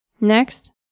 Next